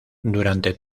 durante